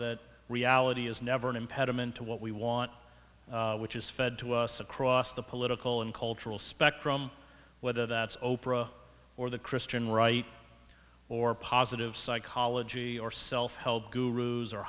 that reality is never an impediment to what we want which is fed to us across the political and cultural spectrum whether that's oprah or the christian right or positive psychology or self help gurus or